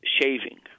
shaving